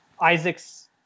Isaacs